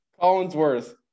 Collinsworth